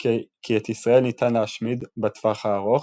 כי את ישראל ניתן להשמיד בטווח הארוך,